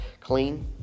clean